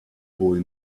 boy